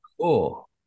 Cool